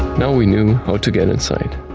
now, we knew how to get inside.